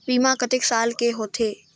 बीमा कतेक साल के होथे?